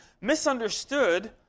misunderstood